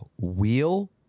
wheel